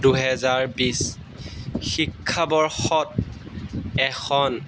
দুহেজাৰ বিছ শিক্ষাবৰ্ষত এখন